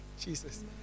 Jesus